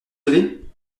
lever